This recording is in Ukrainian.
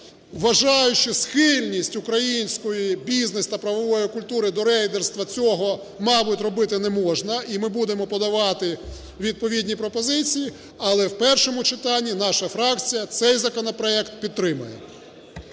Вважаю, що схильність української бізнес та правової культури до рейдерства цього, мабуть, робити не можна, і ми будемо подавати відповідні пропозиції. Але в першому читанні наша фракція цей законопроект підтримає.